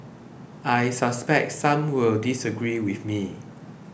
I suspect some will disagree with me